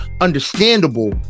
understandable